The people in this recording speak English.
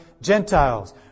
Gentiles